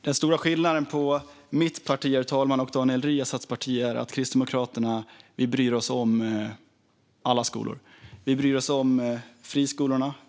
Herr talman! Den stora skillnaden mellan mitt parti och Daniel Riazats parti är att vi i Kristdemokraterna bryr oss om alla skolor. Vi bryr oss om friskolorna.